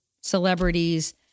celebrities